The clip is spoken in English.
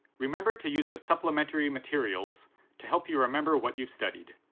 remember to use the supplementary materials to help you remember what you've studied.